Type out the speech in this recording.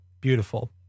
Beautiful